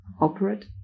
Operate